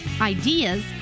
ideas